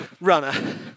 runner